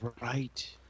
right